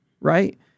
right